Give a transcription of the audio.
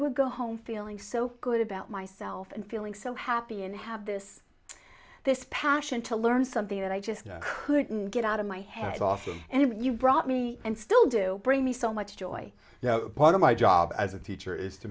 would go home feeling so good about myself and feeling so happy and have this this passion to learn something that i just couldn't get out of my head off of and you brought me and still do bring me so much joy yeah part of my job as a teacher is to